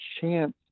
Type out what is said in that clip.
chance